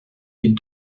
les